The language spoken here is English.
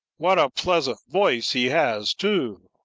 what a pleasant voice he has, too?